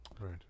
Right